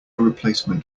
replacement